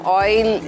oil